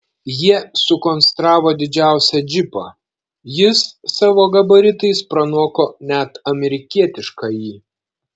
jie sukonstravo didžiausią džipą jis savo gabaritais pranoko net amerikietiškąjį